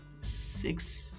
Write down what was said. six